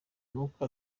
n’uko